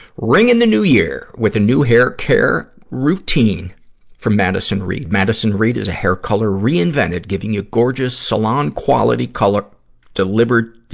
ring in the new year, with a new hair care routine from madison reed. madison reed is hair color reinvented, giving you gorgeous, salon-quality color delivered,